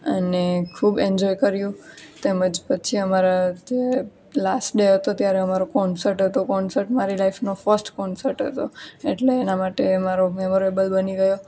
અને ખૂબ એન્જોય કર્યું તેમ જ પછી અમારો જે લાસ્ટ ડે હતો ત્યારે અમારો કોન્સર્ટ હતો કોન્સર્ટ મારી લાઈફનો ફર્સ્ટ કોન્સર્ટ હતો એટલે એ માટે મારો મેમરેબલ બની ગયો